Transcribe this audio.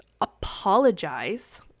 apologize